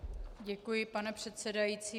Děkuji, pane předsedající.